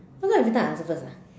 how come every time I answer first ah